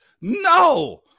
No